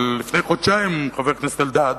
אבל לפני חודשיים, חבר הכנסת אלדד,